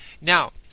Now